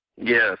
Yes